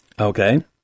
okay